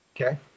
Okay